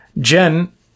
Jen